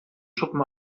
schuppen